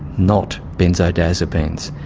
not benzodiazepines.